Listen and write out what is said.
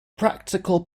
practical